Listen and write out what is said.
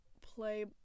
play